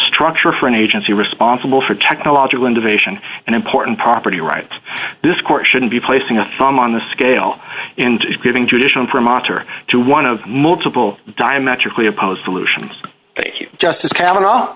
structure for an agency responsible for technological innovation and important property rights this court shouldn't be placing a thumb on the scale and giving judicial promoter to one of multiple diametrically opposed aleutians thank you justice kavanagh